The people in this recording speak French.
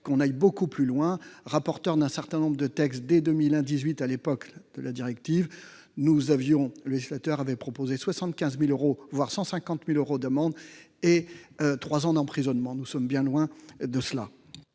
Sur ce sujet, j'ai été rapporteur d'un certain nombre de textes. Dès 2018, à l'époque de la directive, le législateur avait proposé 75 000 euros, voire 150 000 euros d'amende et trois ans d'emprisonnement. Nous en sommes bien loin ! La